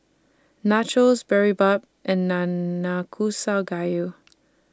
Nachos Boribap and Nanakusa Gayu